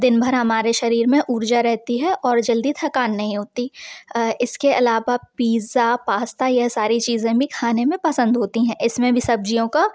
दिन भर हमारे शरीर में ऊर्जा रहती है और जल्दी थकान नहीं होती इसके अलावा पिज़्ज़ा पास्ता यह सारी चीज़ें भी खाने में पसंद होती है इस में भी सब्ज़ियों का